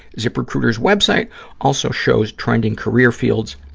ziprecruiter's web site also shows trending career fields,